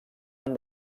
han